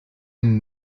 ein